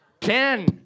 ten